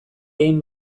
egin